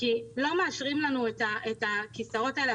מאשרים לנו את הכיסאות האלה.